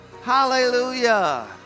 Hallelujah